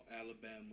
Alabama